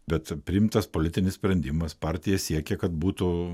bet priimtas politinis sprendimas partija siekia kad būtų